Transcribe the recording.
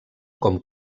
com